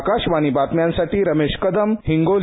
आकाशवाणी बातम्यांसाठी रमेश कदम हिंगोली